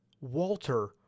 Walter